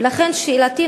ולכן שאלתי,